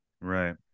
Right